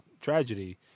tragedy